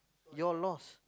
your loss